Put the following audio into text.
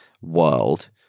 world